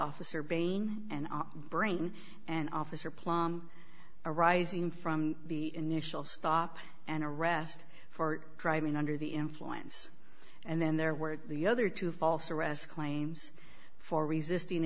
officer bain and brain and officer plum arising from the initial stop and arrest for driving under the influence and then there were the other two false arrest claims for resisting